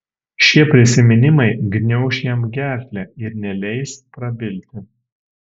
šie prisiminimai gniauš jam gerklę ir neleis prabilti